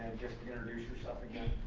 just introduce yourself again.